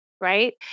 Right